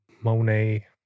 Monet